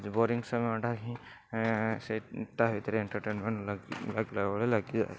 boring ସମୟଟା ହିଁ ସେଇ ତା ଭିତରେ ଏଣ୍ଟରଟେନମେଣ୍ଟ୍ ଲାଗି ଲାଗିଲା ଭଳିଆ ଲାଗିଯାଏ